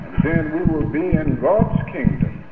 then we will be in god's kingdom.